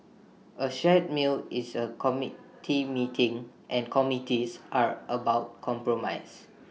A shared meal is A committee meeting and committees are about compromise